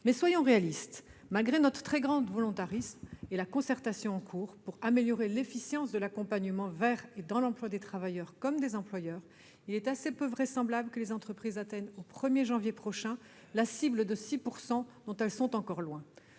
Mais soyons réalistes : malgré notre très grand volontarisme et nonobstant la concertation en cours pour améliorer l'efficience de l'accompagnement vers et dans l'emploi des travailleurs comme des employeurs, il est assez peu vraisemblable que les entreprises atteignent au 1 janvier prochain la cible de 6 %, dont elles sont encore loin.